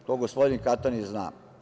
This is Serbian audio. To gospodin Katanić zna.